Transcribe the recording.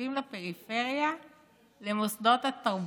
התקציבים לפריפריה למוסדות התרבות.